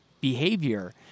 behavior